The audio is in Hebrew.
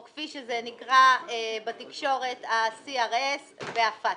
או כפי שזה נקרא בתקשורת ה-CRS והפטקא.